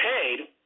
paid